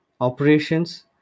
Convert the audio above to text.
operations